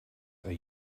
are